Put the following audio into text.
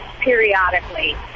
periodically